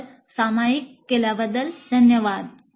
com वर सामायिक केल्याबद्दल धन्यवाद